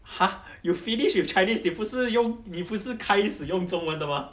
!huh! you finish with chinese 你不是用你不是开始用中文的吗